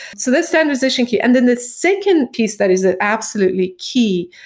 so the standardization key. and then the second piece that is ah absolutely key,